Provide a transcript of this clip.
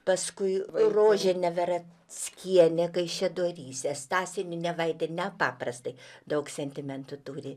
paskui rožė neverackienė kaišiadoryse stasė niūniavaitė nepaprastai daug sentimentų turi